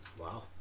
Wow